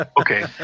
Okay